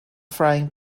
frying